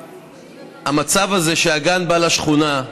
המצב הזה שהגן בא לשכונה,